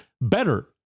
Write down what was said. better